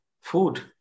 food